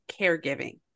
caregiving